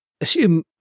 Assume